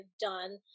done